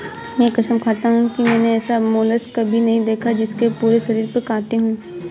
मैं कसम खाता हूँ कि मैंने ऐसा मोलस्क कभी नहीं देखा जिसके पूरे शरीर पर काँटे हों